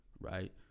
Right